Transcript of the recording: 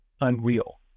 unreal